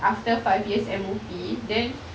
after five years M_O_P then